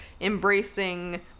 embracing